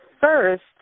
first